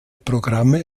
programme